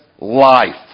life